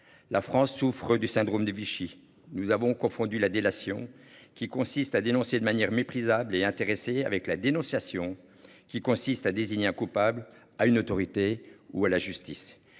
La France souffre du syndrome de Vichy. Nous avons confondu la délation qui consiste à dénoncer de manière méprisable et intéressé avec la dénonciation qui consiste à désigner un coupable à une autorité ou à la justice